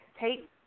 take